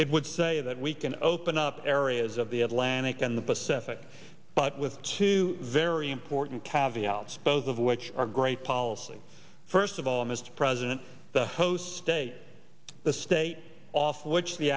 it would say that we can open up areas of the atlantic and the pacific but with two very important caviar spose of which are great policy first of all mr president the host stay the state off which the